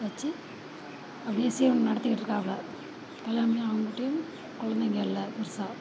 தச்சு அப்படியே ஜீவனம் நடத்திக்கிட்டு இருக்காப்புல கல்யாணம் பண்ணி அவுங்ககிட்டயும் கொழந்தைங்க இல்லை பெரிசா